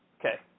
okay